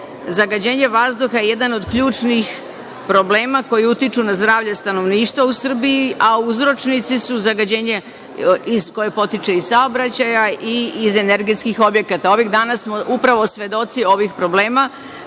zagađenje vazduha jedan od ključnih problema koji utiču na zdravlje stanovništva u Srbiji, a uzročnici su zagađenje koje potiče iz saobraćaja i iz energetskih objekata. Ovih dana smo upravo svedoci ovih problema,